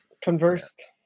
Conversed